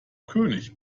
könig